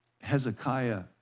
Hezekiah